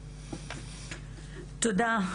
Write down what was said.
תודה.